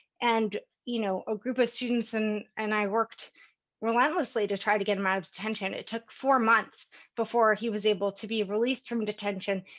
and you know a group of students and and i worked relentlessly to try to get him out of detention. it took four months before he was able to be released from detention.